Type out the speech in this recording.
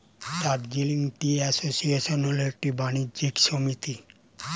Darjeeling tea association হল একটি বাণিজ্য সমিতি